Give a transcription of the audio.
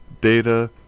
data